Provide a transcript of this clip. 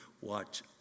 watch